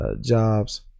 jobs